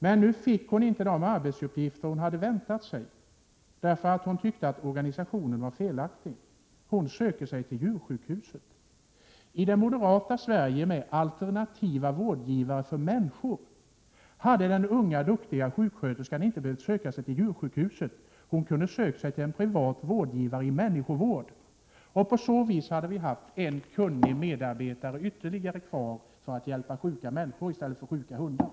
Hon fick inte de arbetsuppgifter hon hade 2 väntat sig, och hon tyckte att organisationen var felaktig. Därför söker hon sig till djursjukhuset. I det moderata Sverige, med alternativa vårdgivare för människor, hade den unga duktiga sjuksköterskan inte behövt söka sig till djursjukhuset utan kunde ha sökt sig till en privat vårdgivare i människovård. På så sätt hade det funnits ytterligare en kunnig medarbetare kvar som kunde hjälpa sjuka människor i stället för sjuka hundar.